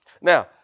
Now